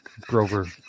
Grover